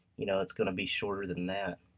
you know it's gonna be shorter than that.